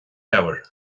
leabhar